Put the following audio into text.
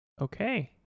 Okay